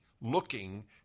looking